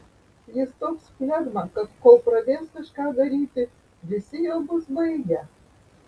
jis toks flegma kad kol pradės kažką daryti visi jau bus baigę